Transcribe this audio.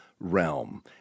Realm